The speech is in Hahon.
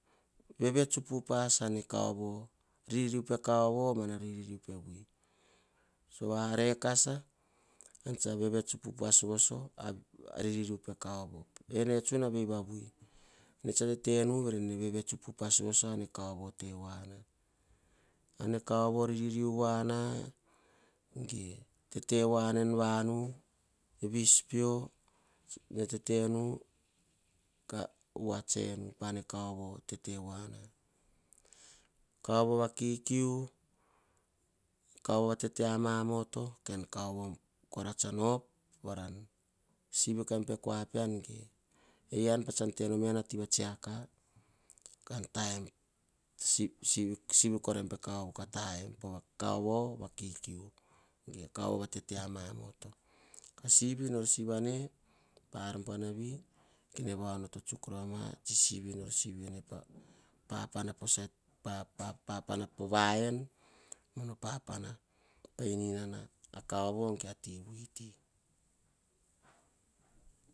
Vevets upas a ne kaovo, a ririu pe vui mene kaovo sova ar rekasa ean tsa vets a-aririu pe kaovo. Ene tsuna ene tsa tetenu ka vevets upa voso ane koavo riririu voana ar ne kaovo riririu voana ge tete voana vispeo tenu ka voatsenu pane vo tete voana. Kaovo va kikiu kaovo va tete amamoto. Kaovo kora tsan op ka sino kaim po kua pean ean a ti va tsiaka. Ka taem sivi ka taem pe kaovo vakikiu ge kaovo vatete amamoto. Ka sivi nor sivi ane pa ar buanavi, kene vaono tsuk rova a sivi po po vaen. Mono papana o eninana eh kaovo ge ati vui.